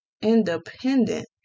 independent